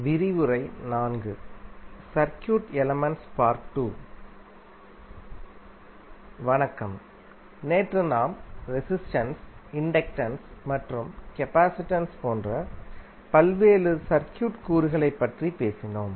வணக்கம் நேற்று நாம் ரெசிஸ்டென்ஸ் இண்டக்டன்ஸ் மற்றும் கபாசிடன்ஸ் போன்ற பல்வேறு சர்க்யூட் கூறுகளைப் பற்றி பேசினோம்